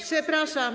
Przepraszam.